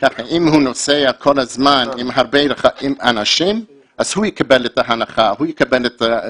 אם הוא נוסע כל הזמן עם אנשים אז הוא יקבל את ההנחה במיסוי.